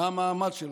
מה המעמד שלו?